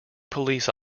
police